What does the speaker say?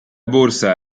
borsa